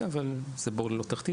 אבל זה בור ללא תחתית,